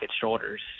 shoulders